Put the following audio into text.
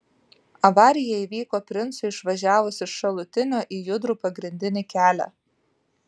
avarija įvyko princui išvažiavus iš šalutinio į judrų pagrindinį kelią